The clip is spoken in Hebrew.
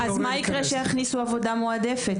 אז מה יקרה כשיכניסו עבודה מועדפת?